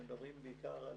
ומדברים בעיקר,